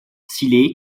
sea